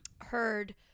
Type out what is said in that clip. heard